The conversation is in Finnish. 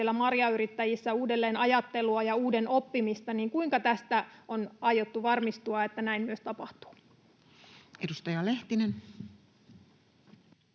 marjayrittäjissä uudelleenajattelua ja uuden oppimista. Kuinka tästä on aiottu varmistua, että näin myös tapahtuu? Edustaja Lehtinen.